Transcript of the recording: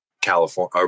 California